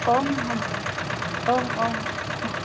आ्म महोदया आम् आम्